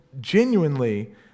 genuinely